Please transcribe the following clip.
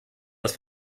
das